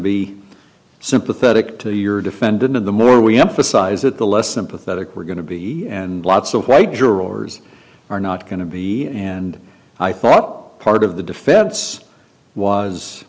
be sympathetic to your defendant and the more we emphasize that the less sympathetic we're going to be and lots of white jurors are not going to be and i thought part of the defense was